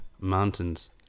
mountains